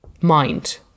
mind